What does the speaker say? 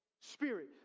spirit